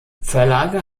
verlage